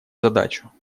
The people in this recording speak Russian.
задачу